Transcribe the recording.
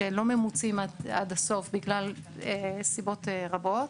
שלא ממוצים עד הסוף בגלל סיבות רבות,